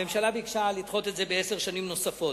הממשלה ביקשה לדחות את זה בעשר שנים נוספות.